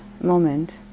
moment